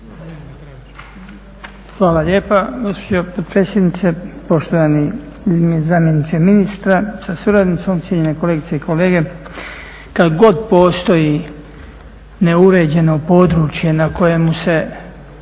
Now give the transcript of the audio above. Hvala lijepa gospođo potpredsjednice. Poštovani zamjeniče ministra sa suradnicom cijenjene kolegice i kolege. Kad god postoji neuređeno područje na kojemu se